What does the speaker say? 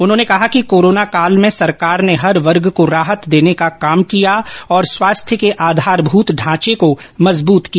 उन्होंने कहा कि कोरोना काल मे सरकार ने हर वर्ग को राहत देने का काम किया और स्वास्थ्य के आधारभूत ढांचे को मजबूत किया